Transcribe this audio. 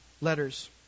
letters